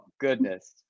goodness